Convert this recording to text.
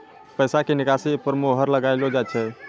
पैसा के निकासी पर मोहर लगाइलो जाय छै